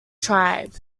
tribe